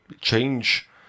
change